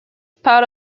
part